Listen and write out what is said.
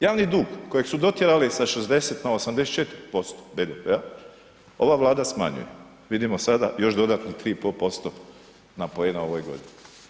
Javni dug kojeg su dotjerali sa 60 na 84% BDP-a ova Vlada smanjuje, vidimo sada još dodatnih 3,5% poena u ovoj godini.